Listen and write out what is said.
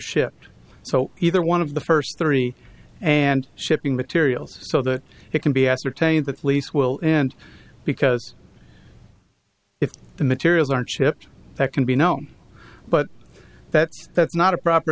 shipped so either one of the first three and shipping materials so that it can be ascertained that lease will end because if the materials aren't shipped there can be no but that's that's not a proper